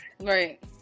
Right